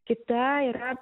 kita yra